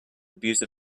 abuse